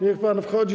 Niech pan wchodzi.